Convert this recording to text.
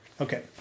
Okay